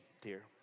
dear